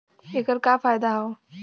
ऐकर का फायदा हव?